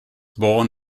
born